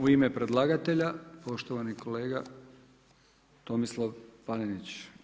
U ima predlagatelja, poštovani kolega Tomislav Panenić.